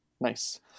Nice